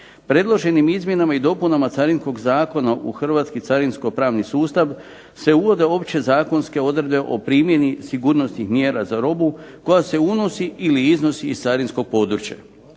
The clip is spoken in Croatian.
predloženim izmjenama i dopunama carinskog zakona u hrvatski carinsko-pravni sustav se uvode opće zakonske odredbe o primjeni sigurnosnih mjera za robu koja se unosi ili iznosi iz carinskog područja.